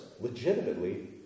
legitimately